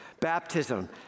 baptism